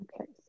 Okay